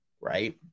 right